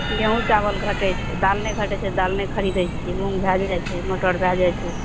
गेहुँम चाबल घटै छै दालि नहि घटै छै दालि नहि खरीदै छियै मूङ्ग भइए जाइ मटर भए जाइ छै